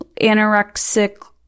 anorexic